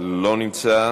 לא נמצא.